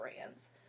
brands